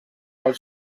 del